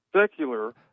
secular